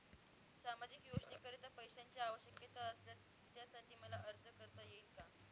सामाजिक योजनेकरीता पैशांची आवश्यकता असल्यास त्यासाठी मला अर्ज करता येईल का?